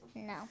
No